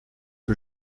que